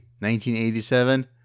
1987